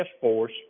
force